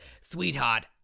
Sweetheart